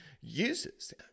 uses